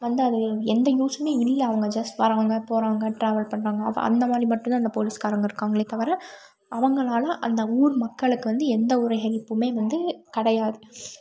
வந்து அது எந்த யூஸ்ஸுமே இல்லை அவங்க ஜஸ்ட் வராங்க போகறாங்க ட்ராவல் பண்ணுறாங்க அப்போ அந்தமாதிரி மட்டும்தான் அந்த போலீஸ்காரங்க இருக்காங்களே தவிர அவங்களால் அந்த ஊர் மக்களுக்கு வந்து எந்த ஒரு ஹெல்ப்புமே வந்து கிடையாது